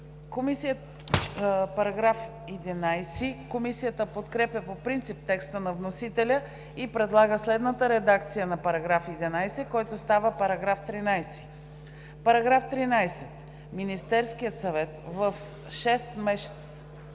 Комисията подкрепя по принцип текста на вносителя и предлага следната редакция на § 11, който става §13: „§ 13. Министерският съвет в 6-месечен